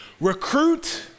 Recruit